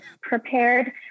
prepared